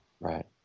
Right